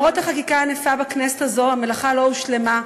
למרות החקיקה הענפה בכנסת הזאת, המלאכה לא הושלמה,